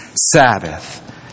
Sabbath